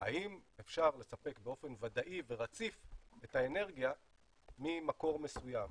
האם אפשר לספק באופן ודאי ורציף את האנרגיה ממקור מסוים,